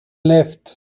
left